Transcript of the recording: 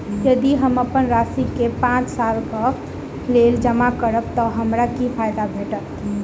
यदि हम अप्पन राशि केँ पांच सालक लेल जमा करब तऽ हमरा की फायदा भेटत?